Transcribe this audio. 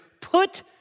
put